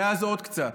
ואז עוד קצת.